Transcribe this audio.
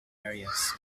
areas